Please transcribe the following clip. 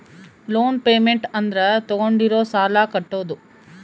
loan payment ಅಂದ್ರ ತಾಗೊಂಡಿರೋ ಸಾಲ ಕಟ್ಟೋದು